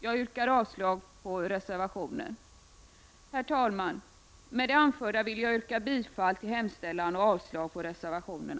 Jag yrkar avslag på reservationen. Herr talman! Med det anförda vill jag yrka bifall till utskottets hemställan och avslag på reservationerna.